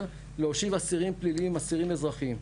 להושיב אסירים פליליים עם אסירים אזרחיים.